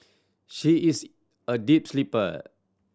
she is a deep sleeper